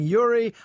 Yuri